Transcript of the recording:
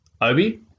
Obi